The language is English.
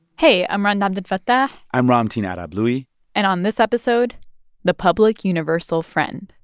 hey. i'm rund abdelfatah i'm ramtin arablouei and on this episode the public universal friend